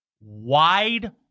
wide